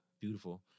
Beautiful